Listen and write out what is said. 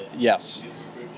Yes